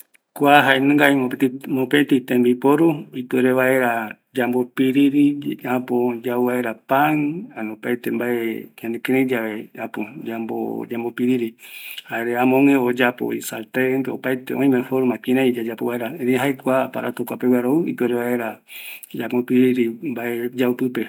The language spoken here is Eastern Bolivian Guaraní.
Kua jaenungavi, mopetɨ tembiporu, ipuere vaera yambo piriri yau vaera pan, ani opaete mbae ñanekɨrei yave yambo piriri, jae kua aparato kuapeguara ou, yambo piriri vaera yau mbse vaera